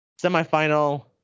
semifinal